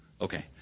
Okay